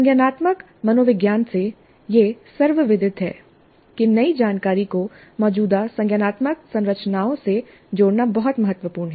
संज्ञानात्मक मनोविज्ञान से यह सर्वविदित है कि नई जानकारी को मौजूदा संज्ञानात्मक संरचनाओं से जोड़ना बहुत महत्वपूर्ण है